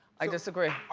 i disagree.